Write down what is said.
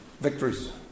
victories